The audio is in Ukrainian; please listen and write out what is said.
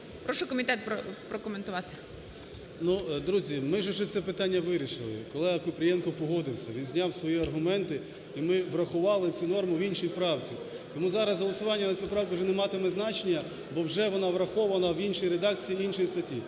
Прошу комітет прокоментувати. 10:42:03 КНЯЗЕВИЧ Р.П. Ну, друзі, ми ж уже це питання вирішили, колега Купрієнко погодився, він зняв свої аргументи, і ми врахували ці норми в іншій правці. Тому зараз голосування за цю правку вже не матиме значення, бо вже вона врахована в іншій редакції іншої статті.